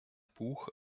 buch